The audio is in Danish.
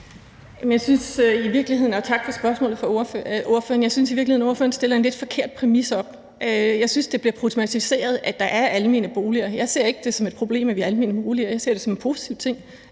Tak for spørgsmålet fra ordføreren. Jeg synes i virkeligheden, at ordføreren stiller en lidt forkert præmis op. Jeg synes, at det bliver problematiseret, at der er almene boliger. Jeg ser det ikke som et problem, at der er almene boliger; jeg ser det som en positiv ting,